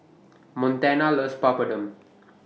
Montana loves Papadum